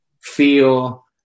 feel